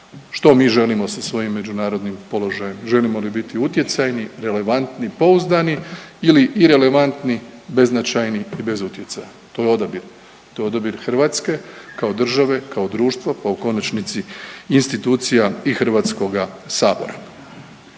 Što mi želimo sa svojim međunarodnim položajem, želimo li biti utjecajni, relevantni i pouzdani ili irelevantni, beznačajni i bez utjecaja? To je odabir, to je odabir Hrvatske kao države, kao društva, pa u konačnici institucija i HS. Ono što